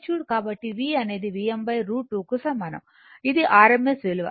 కాబట్టి v అనేది Vm √ 2 కు సమానం ఇది rms విలువ